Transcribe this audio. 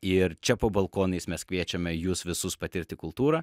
ir čia po balkonais mes kviečiame jus visus patirti kultūrą